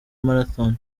marathon